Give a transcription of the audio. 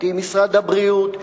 ישבתי עם משרד הבריאות,